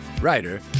writer